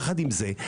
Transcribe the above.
יחד עם זאת,